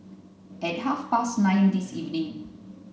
at half past nine this evening